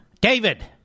David